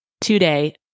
today